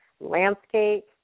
landscape